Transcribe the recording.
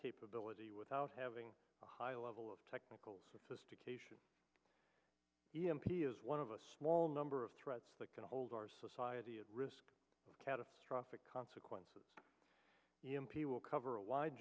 capability without having a high level of technical sophistication e m p is one of a small number of threats that can hold our society at risk of catastrophic consequences e m p will cover a wide